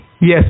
Yes